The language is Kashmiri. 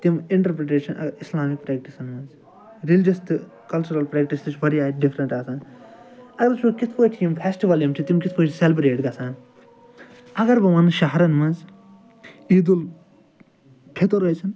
تِم اِنٹَرپرٛیٚٹیشَن اگر اِسلامِک پرٛیٚکٹِسَن منٛز ریٚلِجیٚس تہٕ کلچَرَل پرٛیٚکٹِس تہِ چھِ واریاہ اَتہِ ڈِفریٚنٹہٕ آسان اَگر أسۍ وُچھُو کِتھ پٲٹھۍ چھِ یِم فیٚسٹِوَل یِم چھِ تِم کِتھ پٲٹھۍ چھِ سیٚلبٕرٛیٹ گژھان اَگر بہٕ وَنہٕ شہرَن منٛز عیٖدُالفطر ٲسِن